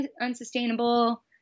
unsustainable